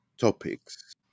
topics